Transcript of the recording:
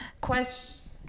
question